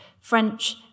French